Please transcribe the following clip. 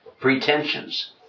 pretensions